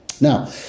Now